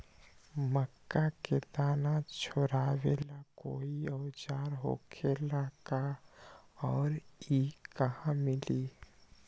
मक्का के दाना छोराबेला कोई औजार होखेला का और इ कहा मिली?